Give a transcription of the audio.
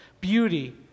beauty